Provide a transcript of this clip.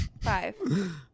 Five